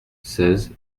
seize